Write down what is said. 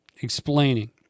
explaining